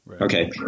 Okay